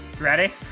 Ready